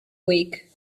week